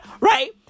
Right